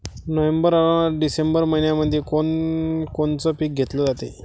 November अन डिसेंबर मइन्यामंधी कोण कोनचं पीक घेतलं जाते?